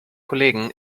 kollegen